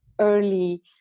early